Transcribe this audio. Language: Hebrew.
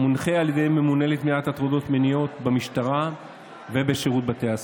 המונחה על ידי ממונה למניעת הטרדות מיניות במשטרה ובשירות בתי הסוהר,